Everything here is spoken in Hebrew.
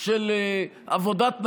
של עבודת נשים,